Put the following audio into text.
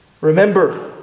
Remember